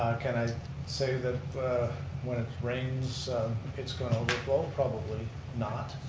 can i say that when it rains it's going to overflow? probably not.